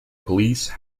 police